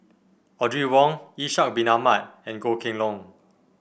Audrey Wong Ishak Bin Ahmad and Goh Kheng Long